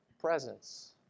presence